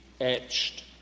etched